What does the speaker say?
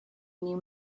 new